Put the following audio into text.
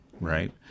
right